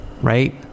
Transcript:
right